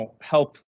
help